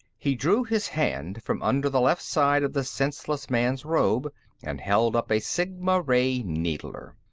he drew his hand from under the left side of the senseless man's robe and held up a sigma-ray needler.